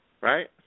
right